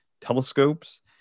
telescopes